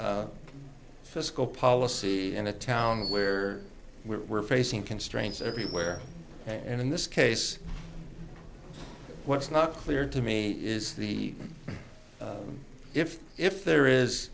fiscal policy in a town where we're facing constraints everywhere and in this case what's not clear to me is the if if there is